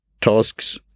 tasks